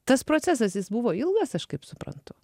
tas procesas jis buvo ilgas aš kaip suprantu